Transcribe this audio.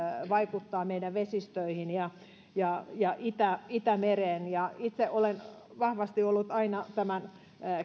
vaikuttaa meidän vesistöihin ja ja itämereen itse olen vahvasti ollut aina tämän